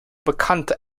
bekannte